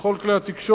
בכל כלי התקשורת,